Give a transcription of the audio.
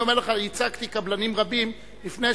אני אומר לך, ייצגתי קבלנים רבים לפני